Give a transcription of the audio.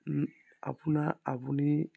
আপোনাৰ আপুনি